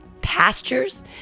pastures